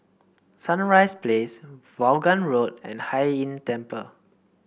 Sunrise Place Vaughan Road and Hai Inn Temple